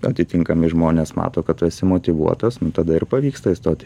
atitinkami žmonės mato kad tu esi motyvuotas tada ir pavyksta įstoti